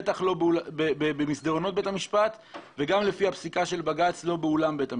בטח לא במסדרונות בית המשפט וגם לפי פסיקת בג"צ לא באולם בית המשפט.